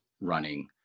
running